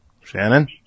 Shannon